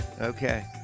Okay